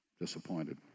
disappointed